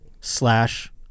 slash